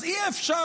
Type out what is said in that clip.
אז אי-אפשר.